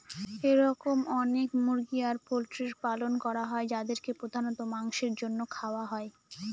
এরকম অনেক মুরগি আর পোল্ট্রির পালন করা হয় যাদেরকে প্রধানত মাংসের জন্য খাওয়া হয়